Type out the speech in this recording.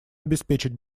обеспечить